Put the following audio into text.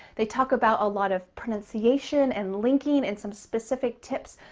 they talk about a lot of pronunciation and linking and some specific tips.